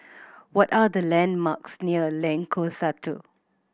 what are the landmarks near Lengkok Satu